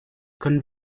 können